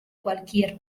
cualquier